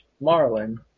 marlin